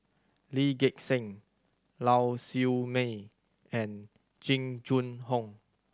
Lee Gek Seng Lau Siew Mei and Jing Jun Hong